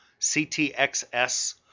CTXS